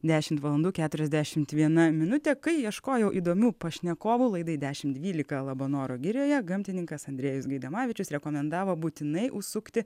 dešimt valandų keturiasdešimt viena minutė kai ieškojau įdomių pašnekovų laidai dešim dvylika labanoro girioje gamtininkas andrejus gaidamavičius rekomendavo būtinai užsukti